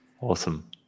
Awesome